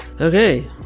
Okay